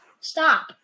Stop